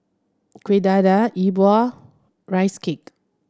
Kueh Dadar E Bua rice cake